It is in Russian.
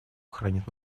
хранит